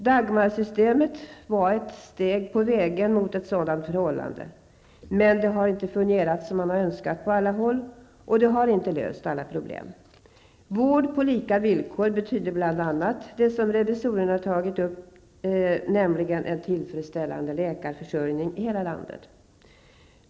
Dagmarsystemet var ett steg på vägen mot ett sådant förhållande, men det har inte fungerat som man önskat på alla håll, och det har inte löst alla problem. Vård på lika villkor betyder bl.a. det som revisorerna också tar upp i sin rapport, nämligen en tillfredsställande läkarförsörjning i hela landet.